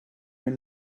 here